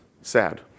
sad